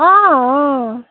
অঁ অঁ